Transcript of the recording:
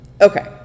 okay